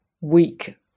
weak